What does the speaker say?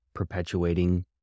perpetuating